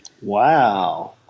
Wow